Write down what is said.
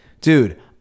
Dude